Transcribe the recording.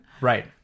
right